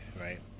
right